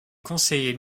conseillers